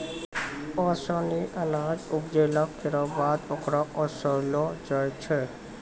ओसौनी अनाज उपजाइला केरो बाद ओकरा ओसैलो जाय छै